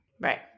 Right